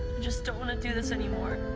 just don't want to do this anymore. i